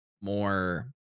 more